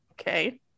okay